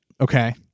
Okay